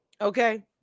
Okay